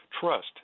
trust